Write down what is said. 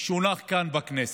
שהונח כאן בכנסת,